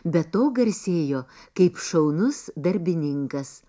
be to garsėjo kaip šaunus darbininkas